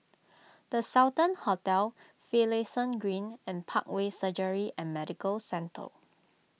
the Sultan Hotel Finlayson Green and Parkway Surgery and Medical Centre